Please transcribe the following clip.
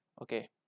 Okay